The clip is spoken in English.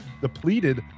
depleted